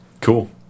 Cool